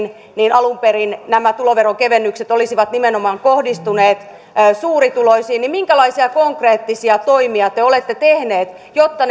alun perin nämä tuloveron kevennykset olisivat kohdistuneet nimenomaan suurituloisiin minkälaisia konkreettisia toimia te olette tehneet jotta